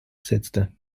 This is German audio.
setzte